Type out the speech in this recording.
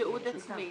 תיעוד עצמי